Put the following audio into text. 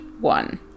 one